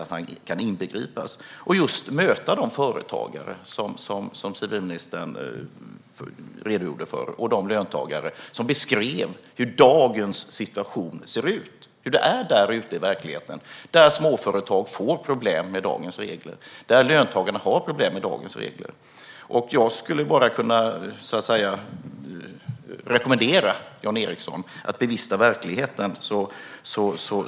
Då kan Jan Ericson möta de företagare som civilministern redogjorde för och de löntagare som har beskrivit hur dagens situation ser ut, hur det är där ute i verkligheten, där småföretag och löntagare får problem med dagens regler. Jag rekommenderar Jan Ericson att bevista verkligheten.